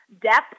depth